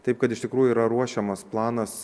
taip kad iš tikrųjų yra ruošiamas planas